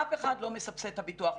אף אחד לא מסבסד את הביטוח הלאומי,